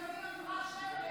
אדוני היושב-ראש,